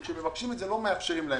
כשמבקשים את זה, לא מאפשרים להם.